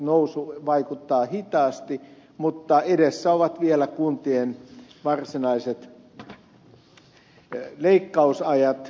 nousu vaikuttaa hitaasti mutta edessä ovat vielä kuntien varsinaiset leikkausajat